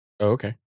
Okay